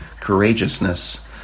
courageousness